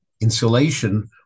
insulation